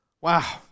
Wow